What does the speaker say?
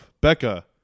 Becca